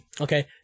Okay